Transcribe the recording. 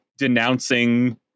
denouncing